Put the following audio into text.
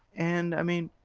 and i mean,